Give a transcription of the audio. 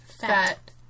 fat